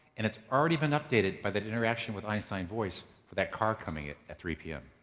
and it's already been updated by that interaction with einstein voice for that car coming at three pm.